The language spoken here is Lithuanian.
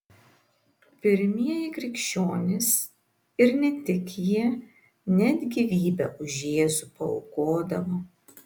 pirmieji krikščionys ir ne tik jie net gyvybę už jėzų paaukodavo